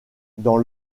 dans